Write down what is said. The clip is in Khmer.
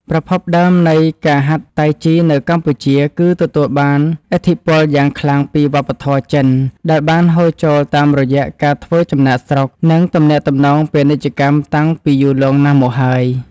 ប្រភពដើមនៃការហាត់តៃជីនៅកម្ពុជា គឺទទួលបានឥទ្ធិពលយ៉ាងខ្លាំងពីវប្បធម៌ចិនដែលបានហូរចូលតាមរយៈការធ្វើចំណាកស្រុក និងទំនាក់ទំនងពាណិជ្ជកម្មតាំងពីយូរលង់ណាស់មកហើយ។